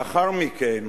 לאחר מכן,